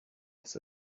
his